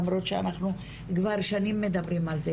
למרות שאנחנו כבר שנים מדברים על זה.